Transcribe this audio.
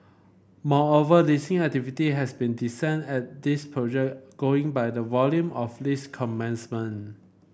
moreover leasing activity has been decent at these project going by the volume of lease commencement